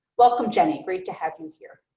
welcome jenny, great to have you here.